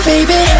Baby